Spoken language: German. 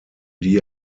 die